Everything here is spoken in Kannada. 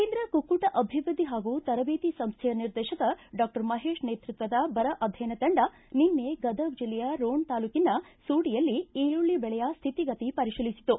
ಕೇಂದ್ರ ಕುಕ್ಕುಟ ಅಭಿವೃದ್ದಿ ಹಾಗೂ ತರಬೇತಿ ಸಂಸ್ವೆಯ ನಿರ್ದೇಶಕ ಡಾಕ್ಟರ್ ಮಹೇಶ ನೇತೃತ್ವದ ಬರ ಅಧ್ಯಯನ ತಂಡ ನಿನ್ನೆ ಗದಗ ಜಿಲ್ಲೆಯ ರೋಣ ತಾಲ್ಲೂಕಿನ ಸೂಡಿಯಲ್ಲಿ ಈರುಳ್ಳ ಬೆಳೆಯ ಶ್ರಿತಿಗತಿ ಪರಿಶೀಲಿಸಿತು